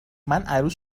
عروس